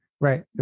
Right